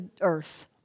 Earth